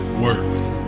worth